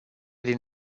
din